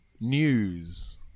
News